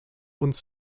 uns